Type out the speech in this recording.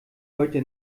heute